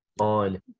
on